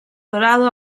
dorado